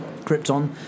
Krypton